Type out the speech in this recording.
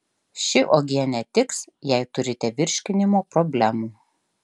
ši uogienė tiks jei turite virškinimo problemų